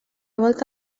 volta